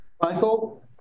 michael